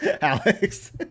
Alex